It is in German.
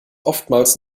oftmals